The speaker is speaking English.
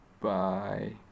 Bye